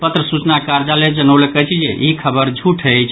पत्र सूचना कार्यालय जनौलक अछि जे ई खबर झूठ अछि